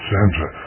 Santa